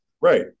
right